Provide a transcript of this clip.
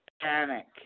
Panic